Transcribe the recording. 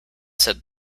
said